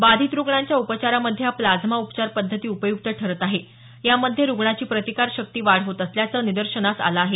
बाधित रुग्णांच्या उपचारामध्ये हा प्लाझ्मा उपचार पद्धती उपयुक्त ठरत आहे यामध्ये रुग्णाची प्रतिकार शक्तीमध्ये वाढ होत असल्याचं निदर्शनास आलं आहे